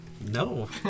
No